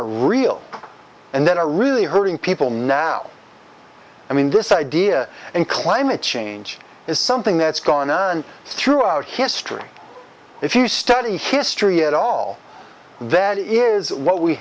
are real and that are really hurting people now i mean this idea and climate change is something that's going on throughout history if you study history at all that is what we